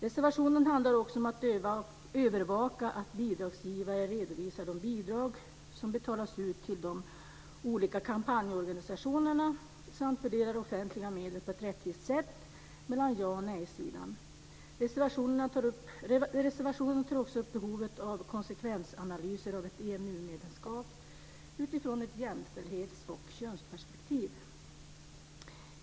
Reservationen handlar också om att övervaka att bidragsgivare redovisar de bidrag som betalas ut till de olika kampanjorganisationerna samt fördelar offentliga medel på ett rättvist sätt mellan jaoch nej-sidan. Reservationen tar också upp behovet av konsekvensanalyser av ett EMU-medlemskap utifrån ett jämställdhets och könsperspektiv.